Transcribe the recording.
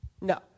No